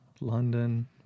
London